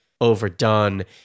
overdone